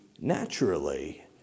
naturally